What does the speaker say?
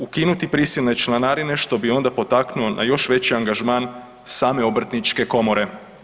Ukinuti prisilne članarine što bi onda potaknulo na još veći angažman same obrtničke komore.